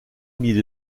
mile